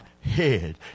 head